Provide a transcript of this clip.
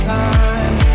time